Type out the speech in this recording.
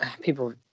people